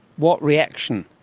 what reaction?